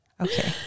Okay